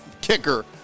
kicker